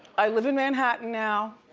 i live in manhattan now.